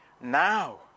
Now